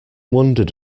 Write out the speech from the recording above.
wondered